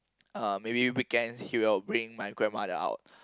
uh maybe weekends he will bring my grandmother out